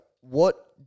what-